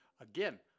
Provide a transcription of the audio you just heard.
Again